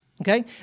okay